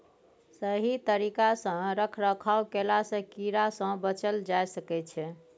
सही तरिका सँ रख रखाव कएला सँ कीड़ा सँ बचल जाए सकई छै